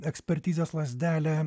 ekspertizės lazdelę